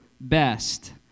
best